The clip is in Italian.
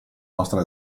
nostra